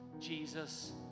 Jesus